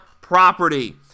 property